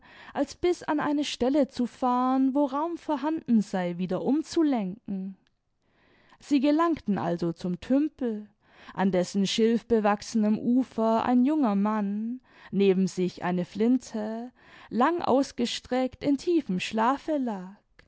als bis an eine stelle zu fahren wo raum vorhanden sei wieder umzulenken sie gelangten also zum tümpel an dessen schilfbewachsenem ufer ein junger mann neben sich eine flinte lang ausgestreckt in tiefem schlafe lag